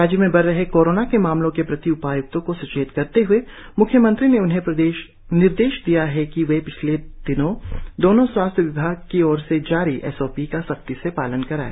राज्य में बढ़ रहे कोरोना के मामलों के प्रति उपाय्क्तों को सचेत करते हए म्ख्यमंत्री ने उन्हें निर्देश दिया कि वे पिछले दिनों दोनो स्वास्थ्य विभाग की ओर से जारी एस ओ पी का सख्ती से पालन कराएं